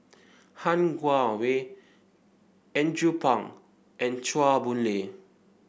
Han Guangwei Andrew Phang and Chua Boon Lay